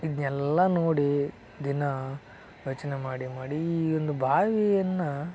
ಇದನ್ನೆಲ್ಲ ನೋಡಿ ದಿನಾ ಯೋಚನೆ ಮಾಡಿ ಮಾಡಿ ಈ ಒಂದು ಬಾವಿಯನ್ನು